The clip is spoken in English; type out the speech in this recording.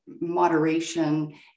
moderation